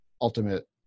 ultimate